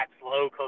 slow